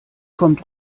kommt